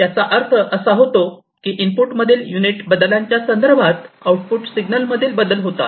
याचा अर्थ असा की इनपुट मधील युनिट बदलांच्या संदर्भात आऊटपुट सिग्नलमधील बदल होतात